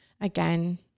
again